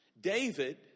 David